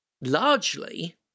largely